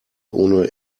ohne